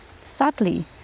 Sadly